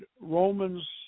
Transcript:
Romans